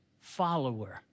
follower